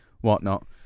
whatnot